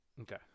okay